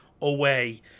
away